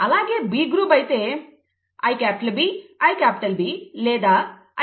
అలాగే B group అయితే IB IB లేదా IBi